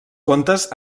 contes